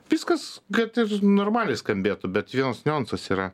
viskas kad ir normaliai skambėtų bet vienas niuansas yra